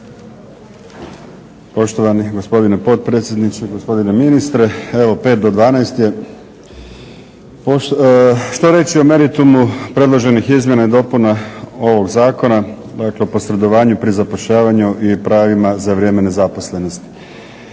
Poštovani gospodine potpredsjedniče, gospodine ministre evo pet do dvanaest je, što reći o meritumu predloženih izmjena i dopuna ovog zakona, dakle o posredovanju pri zapošljavanju i pravima za vrijeme nezaposlenosti?